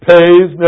Pays